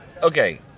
Okay